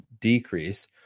decrease